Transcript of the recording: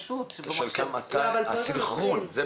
על הסנכרון.